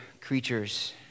creatures